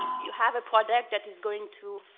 you have a product that is going to